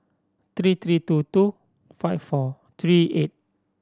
three three two two five four three eight